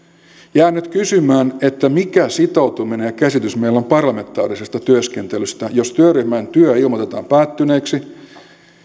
jään nyt kysymään mikä käsitys meillä on parlamentaarisesta työskentelystä jos työryhmän työ ilmoitetaan päättyneeksi